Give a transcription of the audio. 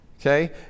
Okay